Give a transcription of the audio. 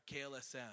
KLSM